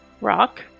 Rock